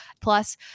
Plus